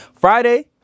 Friday